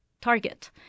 target